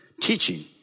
teaching